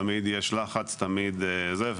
תמיד יש לחץ ולכן